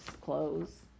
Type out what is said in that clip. clothes